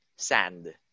Sand